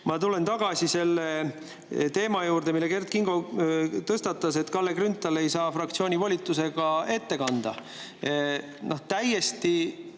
Ma tulen tagasi selle teema juurde, mille Kert Kingo tõstatas: et Kalle Grünthal ei saa fraktsiooni volitusega eelnõu ette kanda. Täiesti